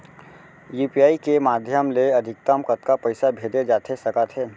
UPI के माधयम ले अधिकतम कतका पइसा भेजे जाथे सकत हे?